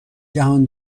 جهان